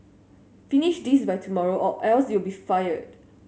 finish this by tomorrow or else you'll be fired